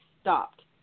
stopped